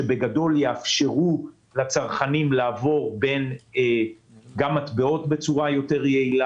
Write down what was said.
שבגדול יאפשרו לצרכנים לעבור בין מטבעות בצורה יעילה יותר.